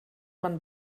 man